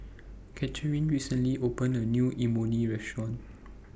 Cathrine recently opened A New Imoni Restaurant